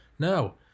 No